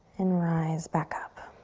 and rise back up.